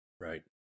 Right